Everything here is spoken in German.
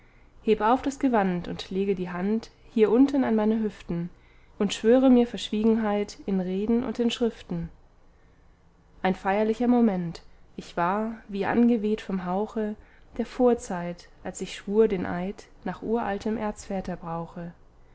heb auf das gewand und lege die hand hier unten an meine hüften und schwöre mir verschwiegenheit in reden und in schriften ein feierlicher moment ich war wie angeweht vom hauche der vorzeit als ich schwur den eid nach uraltem